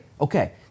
Okay